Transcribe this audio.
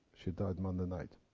she died monday night.